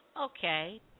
Okay